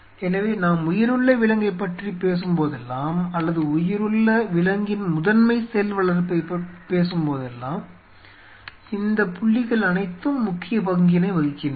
எனவே நாம் உயிருள்ள விலங்கைப் பற்றி பேசும் போதெல்லாம் அல்லது உயிருள்ள விலங்கின் முதன்மை செல் வளர்ப்பைப் பேசும் போதெல்லாம் இந்த புள்ளிகள் அனைத்தும் முக்கிய பங்கினை வகிக்கின்றன